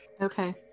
Okay